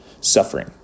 suffering